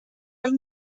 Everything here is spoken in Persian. این